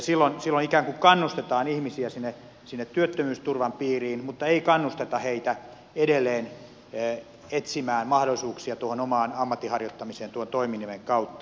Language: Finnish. silloin ikään kuin kannustetaan ihmisiä sinne työttömyysturvan piiriin mutta ei kannusteta heitä edelleen etsimään mahdollisuuksia tuohon omaan ammatin harjoittamiseen tuon toiminimen kautta